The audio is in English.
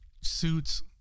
suits